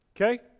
Okay